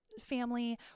family